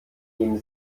nehmen